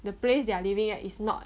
the place they are living is not